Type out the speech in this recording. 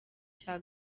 cya